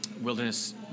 wilderness